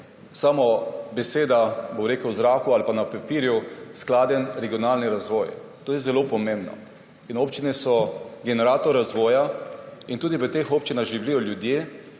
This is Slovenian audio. samo beseda, bom rekel, v zraku ali na papirju, skladen regionalni razvoj. To je zelo pomembno. Občine so generator razvoja in v teh občinah živijo ljudje,